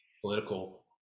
political